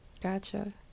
Gotcha